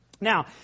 Now